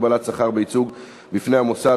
הגבלת שכר בייצוג בפני המוסד),